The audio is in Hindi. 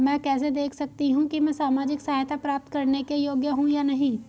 मैं कैसे देख सकती हूँ कि मैं सामाजिक सहायता प्राप्त करने के योग्य हूँ या नहीं?